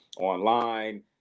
online